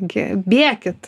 gi bėkit